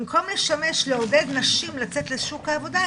במקום לשמש לעודד נשים לשוק העבודה,